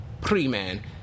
Pre-man